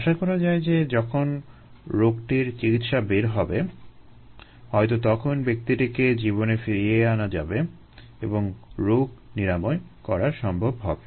আশা করা যায় যে যখন রোগটির চিকিৎসা বের হবে হয়তো তখন ব্যক্তিটিকে জীবনে ফিরিয়ে আনা যাবে এবং রোগ নিরাময় করা সম্ভব হবে